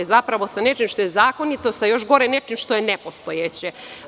Zapravo sa nečim što je zakonito sa nečim što je nepostojeće?